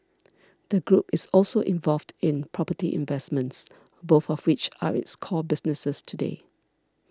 the group is also involved in property investments both of which are its core businesses today